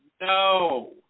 No